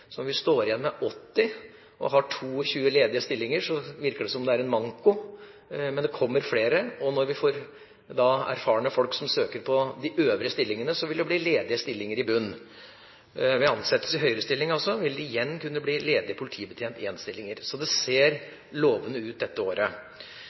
vi står igjen med 80 og har 22 ledige stillinger, så virker det som om det er manko, men det kommer flere. Når vi får erfarne folk som søkere til de øvrige stillingene, vil det bli ledige stillinger i bunnen. Ved ansettelser i høyere stillinger vil det altså igjen bli ledige politibetjent 1-stillinger, så det ser